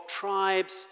tribes